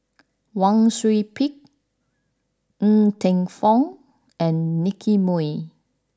Wang Sui Pick Ng Teng Fong and Nicky Moey